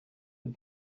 sit